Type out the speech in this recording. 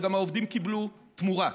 וגם העובדים קיבלו תמורה.